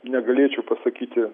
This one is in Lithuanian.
negalėčiau pasakyti